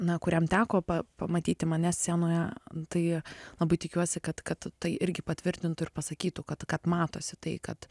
na kuriam teko pamatyti mane scenoje tai labai tikiuosi kad kad tai irgi patvirtintų ir pasakytų kad kad matosi tai kad